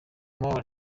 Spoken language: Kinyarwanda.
moore